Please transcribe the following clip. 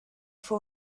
fue